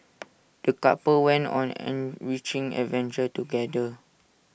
the couple went on an enriching adventure together